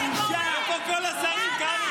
איפה כל השרים, קרעי?